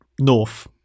north